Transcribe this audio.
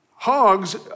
Hogs